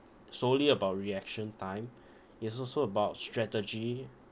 solely about reaction time it's also about strategy